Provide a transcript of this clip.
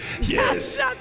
Yes